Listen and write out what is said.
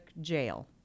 jail